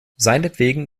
seinetwegen